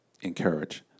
encourage